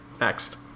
next